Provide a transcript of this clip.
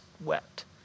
wept